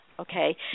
Okay